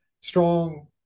strong